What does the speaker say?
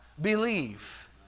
believe